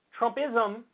Trumpism